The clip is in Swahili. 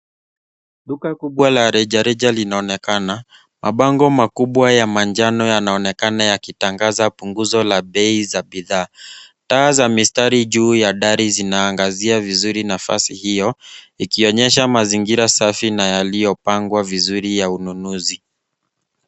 Duka kubwa la rejareja linaonekana. Mabango makubwa ya manjano yanaonekana yakitangaza punguzo la bei za bidhaa. Taa za mistari juu ya dari zinaangazia vizuri nafasi hiyo ikionyesha mazingira safi na yaliyopangwa vizuri ya ununuzi.